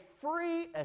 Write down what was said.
free